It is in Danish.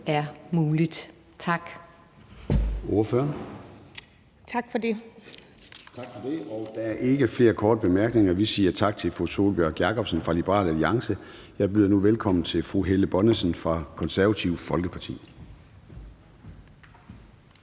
er muligt. Så